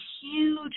huge